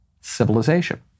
civilization